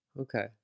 Okay